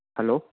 hello